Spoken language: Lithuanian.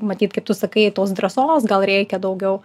matyt kaip tu sakai tos drąsos gal reikia daugiau